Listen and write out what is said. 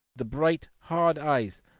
the bright hard eyes,